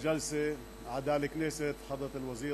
לא ברבולוציה,